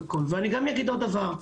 ואני אגיד דבר נוסף.